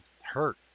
hurt